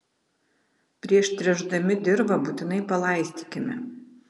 prieš tręšdami dirvą būtinai palaistykime